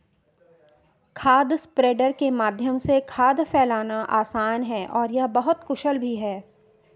खाद स्प्रेडर के माध्यम से खाद फैलाना आसान है और यह बहुत कुशल भी है